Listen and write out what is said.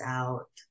out